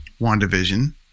WandaVision